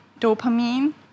dopamine